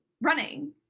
running